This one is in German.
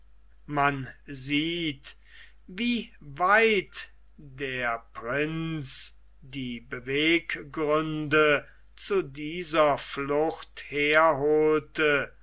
man sieht wie weit der prinz die beweggründe zu dieser flucht herholte